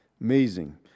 Amazing